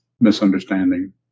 Misunderstanding